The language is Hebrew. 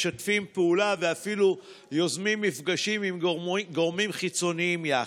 משתפים פעולה ואפילו יוזמים מפגשים עם גורמים חיצוניים יחד.